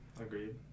Agreed